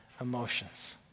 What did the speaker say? emotions